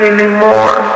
anymore